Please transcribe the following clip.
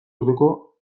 orduko